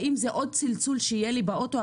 האם זה עוד צלצול שיהיה לי באוטו?